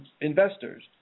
investors